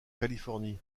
californie